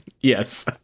Yes